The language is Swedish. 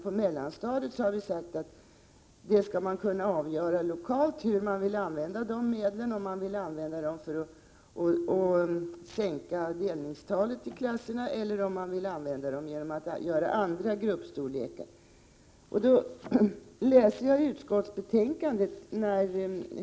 1987/88:123 avgöra lokalt hur medlen för extra insatser på mellanstadiet skall användas 19 maj 1988 om man vill använda dem för att sänka delningstalet i klasserna eller för att åstadkomma andra gruppstorlekar.